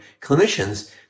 clinicians